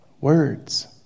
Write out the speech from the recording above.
Words